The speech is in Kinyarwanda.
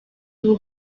ubu